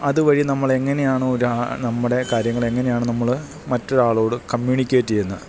അതുവഴി നമ്മളെങ്ങനെയാണോ നമ്മുടെ കാര്യങ്ങളെങ്ങനെയാണ് നമ്മള് മറ്റൊരാളോടു കമ്മ്യൂണിക്കേറ്റേയ്യുന്നത്